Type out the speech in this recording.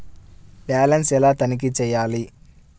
Balance ఎలా తనిఖీ చేయాలి?